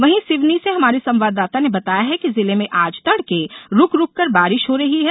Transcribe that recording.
वहीं सिवनी से हमारे संवाददाता ने बताया है कि जिले में आज तड़के रुक रुककर बारिश हो रही है